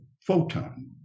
photon